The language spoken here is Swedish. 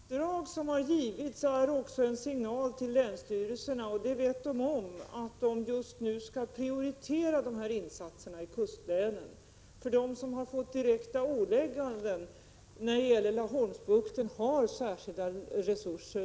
Fru talman! De uppdrag som har givits är också en signal till länsstyrelserna, och de vet att de just nu skall prioritera dessa insatser i kustlänen. De som har givits direkta ålägganden när det gäller Laholmsbukten har också fått särskilda resurser.